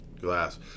glass